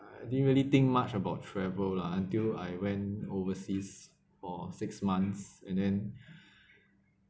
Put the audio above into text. I didn't really think much about travel lah until I went overseas for six months and then